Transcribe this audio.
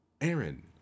Aaron